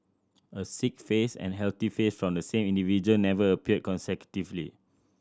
a sick face and healthy face from the same individual never appeared consecutively